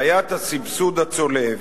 בעיית הסבסוד הצולב,